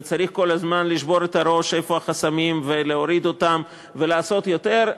וצריך כל הזמן לשבור את הראש איפה החסמים ולהוריד אותם ולעשות יותר,